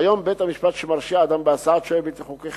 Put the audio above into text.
כיום בית-המשפט שמרשיע אדם בהסעת שוהה בלתי חוקי,